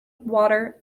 water